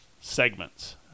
segments